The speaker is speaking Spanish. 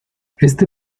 este